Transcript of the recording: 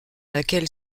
laquelle